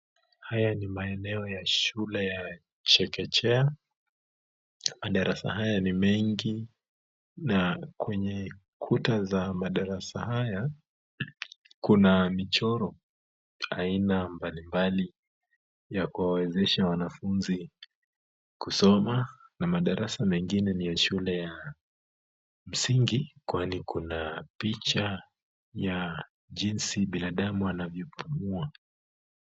Haya ni maeneo ya shule ya chekechea, madarasa haya ni mengi na kwenye ukuta za madarasa haya kuna michoro aina mbalimbali ya kuwezesha wanafunzi kusoma na madarasa mengine ni ya shule ya msingi kwani kuna picha ya jinsi binadamu anavyopumua.